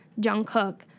Jungkook